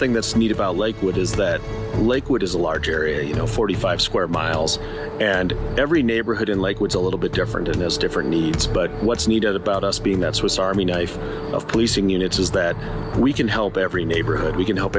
thing that's neat about lakewood is that lakewood is a large area you know forty five square miles and every neighborhood in lakewood a little bit different and has different needs but what's needed about us being that swiss army knife of policing units is that we can help every neighborhood we can help